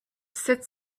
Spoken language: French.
sept